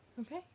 Okay